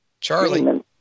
Charlie